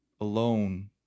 alone